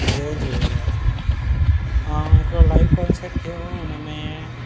जय झूलेलाल हा हिकिड़ो live concert थियो हुयो हुनमें